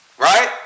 Right